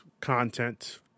content